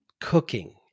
cooking